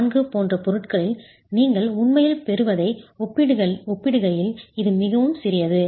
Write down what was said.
4 போன்ற பொருட்களில் நீங்கள் உண்மையில் பெறுவதை ஒப்பிடுகையில் இது மிகவும் சிறியது